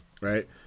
right